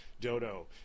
dodo